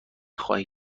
خواهید